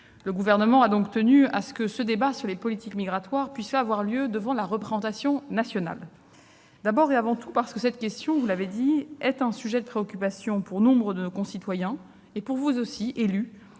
le Gouvernement a tenu à ce que ce débat sur les politiques migratoires puisse avoir lieu devant la représentation nationale, d'abord, et avant tout, parce que cette question est un sujet de préoccupation pour nombre de nos concitoyens et élus que vous